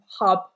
hub